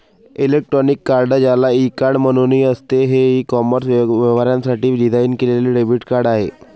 electronic card, ज्याला e card म्हणूनही असते, हे ई कॉमर्स व्यवहारांसाठी डिझाइन केलेले डेबिट कार्ड आहे